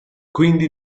quindi